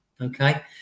Okay